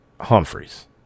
Humphreys